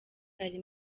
ari